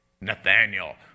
Nathaniel